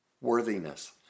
Worthiness